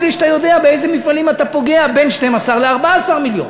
בלי שאתה יודע באיזה מפעלים אתה פוגע כשזה בין 12 ל-14 מיליון.